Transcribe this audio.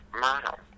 model